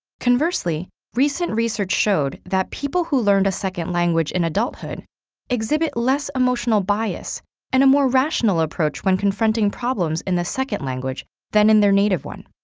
conversely, recent research showed that people who learned a second language in adulthood exhibit less emotional bias and a more rational approach when confronting problems in the second language than in their native one.